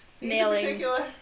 Nailing